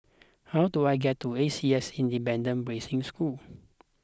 how do I get to A C S Independent Boarding School